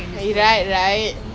right